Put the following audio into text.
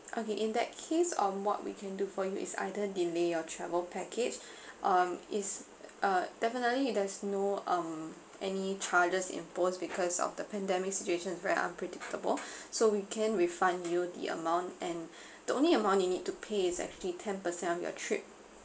okay in that case um what we can do for you is either delay your travel package um it's uh definitely there's no um any charges impose because of the pandemic situation is very unpredictable so we can refund you the amount and the only amount you need to pay is actually ten percent of your trip